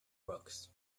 rocks